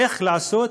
איך לעשות,